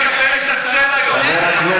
במפלגה שלך,